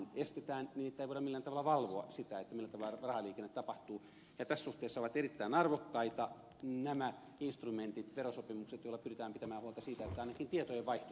nimittäin ei voida millään tavalla valvoa sitä millä tavalla rahaliikenne toimii ja tässä suhteessa ovat erittäin arvokkaita nämä instrumentit verosopimukset joilla pyritään pitämään huolta siitä että ainakin tietojenvaihto toimii